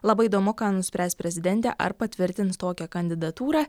labai įdomu ką nuspręs prezidentė ar patvirtins tokią kandidatūrą